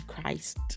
Christ